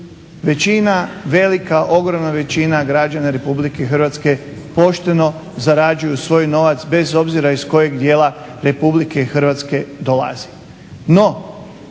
većina velika ogromna većina građana RH pošteno zarađuju svoj novac bez obzira iz kojeg dijela RH dolaze.